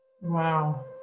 Wow